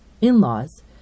in-laws